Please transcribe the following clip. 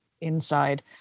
inside